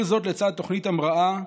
כל זאת לצד תוכנית המראה,